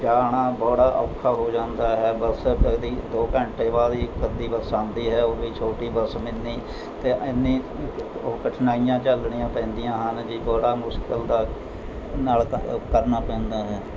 ਜਾਣਾ ਬੜਾ ਔਖਾ ਹੋ ਜਾਂਦਾ ਹੈ ਬੱਸ ਕਦੀ ਦੋ ਘੰਟੇ ਬਾਅਦ ਹੀ ਕਦੀ ਬੱਸ ਆਉਂਦੀ ਹੈ ਉਹ ਵੀ ਛੋਟੀ ਬੱਸ ਮਿੰਨੀ ਅਤੇ ਐਨੀ ਉਹ ਕਠਿਨਾਈਆਂ ਝੱਲਣੀਆਂ ਪੈਂਦੀਆਂ ਹਨ ਜੀ ਬੜਾ ਮੁਸ਼ਕਿਲ ਦਾ ਨਾਲ ਕ ਕਰਨਾ ਪੈਂਦਾ ਹੈ